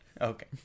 Okay